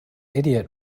idiot